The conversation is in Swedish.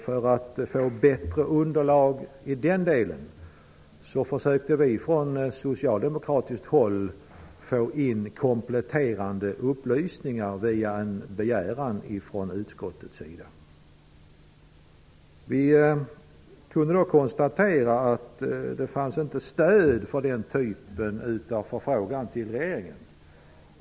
För att få ett bättre underlag i den delen försökte vi från socialdemokratiskt håll att få in kompletterande upplysningar via en begäran från utskottets sida. Vi kunde då konstatera att det inte fanns stöd för den typen av förfrågan till regeringen.